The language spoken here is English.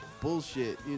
bullshit